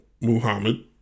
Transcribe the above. Muhammad